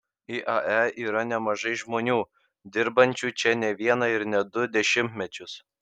iae yra nemažai žmonių dirbančių čia ne vieną ir ne du dešimtmečius